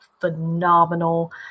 phenomenal